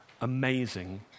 amazing